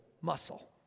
muscle